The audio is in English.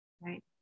Right